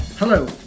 Hello